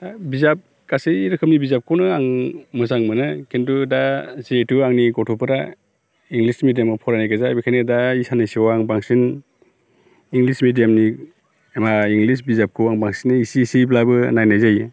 दा बिजाब गासै रोखोमनि बिजाबखौनो आं मोजां मोनो खिन्थु दा जिहेतु आंनि गथ'फोरा इंलिस मिडियामाव फरायनाय गोजा बेखायनो दा इ साननैसोआव आं बांसिन इंलिस मिडियामनि एबा इंलिस बिजाबखौ आं बांसिनै इसे इसेयैब्लाबो नायनाय जायो